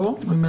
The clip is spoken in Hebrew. לא?